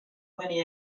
many